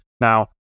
Now